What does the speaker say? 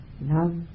love